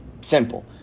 Simple